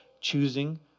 choosing